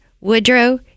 Woodrow